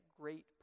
great